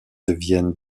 deviennent